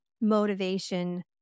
motivation